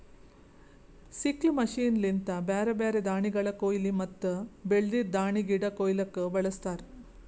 sickle machine ಲಿಂತ ಬ್ಯಾರೆ ಬ್ಯಾರೆ ದಾಣಿಗಳ ಕೋಯ್ಲಿ ಮತ್ತ ಬೆಳ್ದಿದ್ ದಾಣಿಗಿಡ ಕೊಯ್ಲುಕ್ ಬಳಸ್ತಾರ್